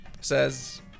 says